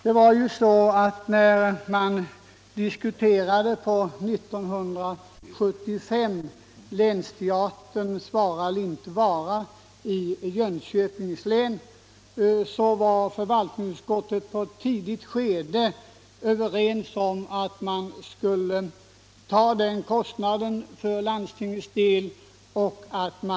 När länsteaterns vara eller inte vara i Jönköpings län diskuterades förra året var förvaltningsutskottet på ett tidigt skede enigt i åsikten att man skulle ta den kostnaden för landstingets del.